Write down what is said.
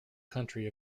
country